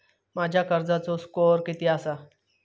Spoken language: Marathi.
माझ्या कर्जाचो स्कोअर किती आसा?